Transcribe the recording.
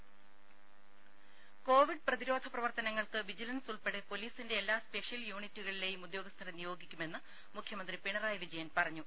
രുമ കോവിഡ് പ്രതിരോധ പ്രവർത്തനങ്ങൾക്ക് വിജിലൻസ് ഉൾപ്പെടെ പൊലീസിന്റെ എല്ലാ സ്പെഷ്യൽ യൂണിറ്റുകളിലെയും ഉദ്യോഗസ്ഥരെ നിയോഗിക്കുമെന്ന് മുഖ്യമന്ത്രി പിണറായി വിജയൻ പറഞ്ഞു